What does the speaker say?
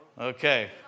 Okay